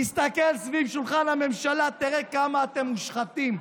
תסתכל סביב שולחן הממשלה, תראה כמה אתם מושחתים.